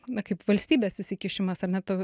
na kaip valstybės įsikišimas ar ne to